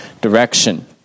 direction